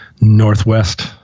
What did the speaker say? Northwest